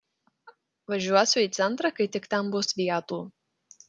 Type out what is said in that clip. važiuosiu į centrą kai tik ten bus vietų